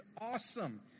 awesome